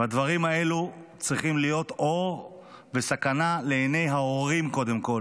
והדברים האלו צריכים להיות אור של סכנה לעיני ההורים קודם כול.